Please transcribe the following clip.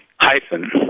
hyphen